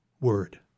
word